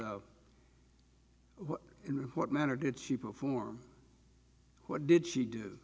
in what manner did she perform what did she do